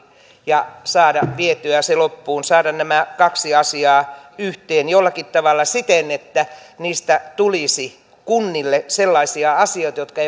ja saada vietyä se loppuun saada nämä kaksi asiaa yhteen jollakin tavalla siten että niistä tulisi kunnille sellaisia asioita jotka